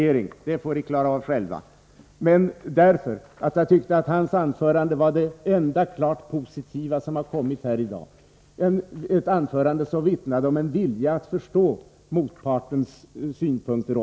Det är en sak som socialdemokraterna får klara av själva. Men jag gör det därför att jag tyckte att Egon Jacobssons anförande var det enda klart positiva som har hållits här i dag — ett anförande som vittnade om en vilja att förstå även motpartens synpunkter.